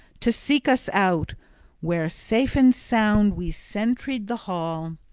to seek us out where safe and sound we sentried the hall.